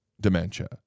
dementia